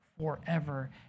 forever